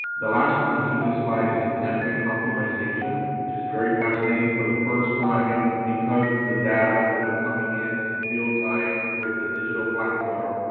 the last piece of the slide is the campaign optimization, which is very fascinating for the first time because of the data will be coming in in real time with the digital platform.